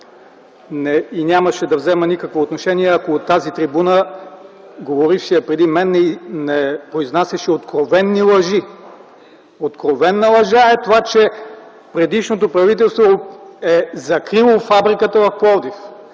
и нямаше да взема никакво отношение, ако от тази трибуна говорещият преди мен не произнасяше откровени лъжи. Откровена лъжа е това, че предишното правителство е закрило фабриката в Пловдив.